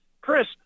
Chris